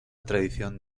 tradición